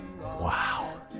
Wow